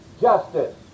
justice